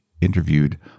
interviewed